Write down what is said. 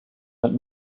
that